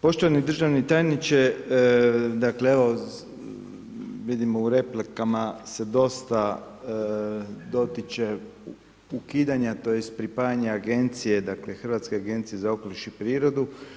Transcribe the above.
Poštovani državni tajniče, dakle, evo, vidimo u replikama se dosta dotiče ukidanja, tj. pripajanje agencije, dakle, Hrvatske agencije za okoliš prirodu.